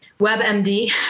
WebMD